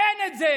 אין את זה